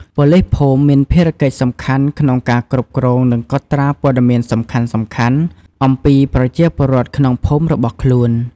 ប៉ូលីសភូមិមានភារកិច្ចសំខាន់ក្នុងការ គ្រប់គ្រង និងកត់ត្រាព័ត៌មានសំខាន់ៗ អំពីប្រជាពលរដ្ឋក្នុងភូមិរបស់ខ្លួន។